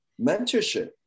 mentorship